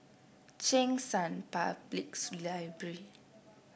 Cheng San Public Library